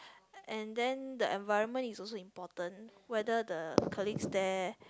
and then the environment is also important whether the colleagues there